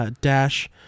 Dash